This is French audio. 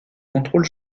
contrôle